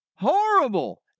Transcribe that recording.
horrible